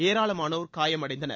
ஏராளமானோர் காயம் அடைந்தனர்